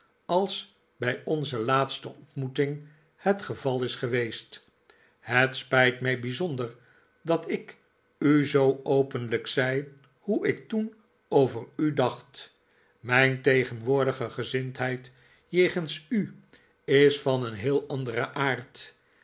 als bij onze laatste ontmoeting het geval is geweest het spijt mij bijzonder dat ik u zoo openlijk zei hoe ik toen over u dacht mijn tegenwoordige gezindheid jegens u is van een heel anderen aard